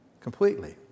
completely